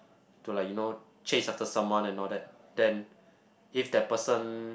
to like you know chase after someone and all that then if that person